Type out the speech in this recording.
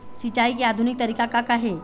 सिचाई के आधुनिक तरीका का का हे?